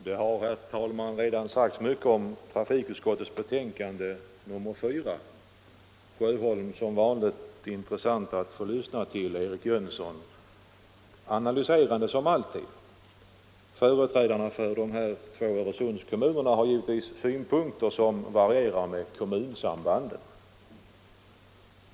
Herr talman! Det har redan sagts mycket om trafikutskottets betänkande nr 4 — herr Sjöholm, som vanligt intressant att lyssna till, och herr Jönsson i Malmö, analyserande som alltid; den senares uppfattning delar jag för övrigt. Företrädarna för dessa två Öresundskommuner har givetvis synpunkter som varierar med kommunsambanden.